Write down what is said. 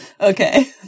okay